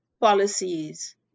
policies